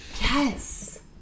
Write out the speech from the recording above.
Yes